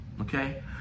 okay